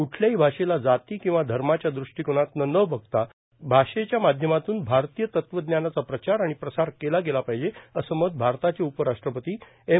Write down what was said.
कुठल्याही भाषेला जाती किंवा धर्माच्या दृष्टीकोनातूल न बघता भाषेच्या माध्यमातून भारतीय तत्वज्ञानाचा प्रचार आणि प्रसार केला गेला पाहिजे असं मत भारताचे उपराष्ट्रपती एम